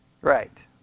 Right